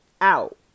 out